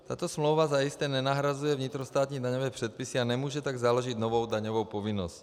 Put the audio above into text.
Tato smlouva zajisté nenahrazuje vnitrostátní daňové předpisy a nemůže tak založit novou daňovou povinnost.